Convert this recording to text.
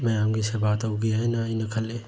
ꯃꯌꯥꯝꯒꯤ ꯁꯦꯕꯥ ꯇꯧꯒꯦ ꯍꯥꯏꯅ ꯑꯩꯅ ꯈꯜꯂꯤ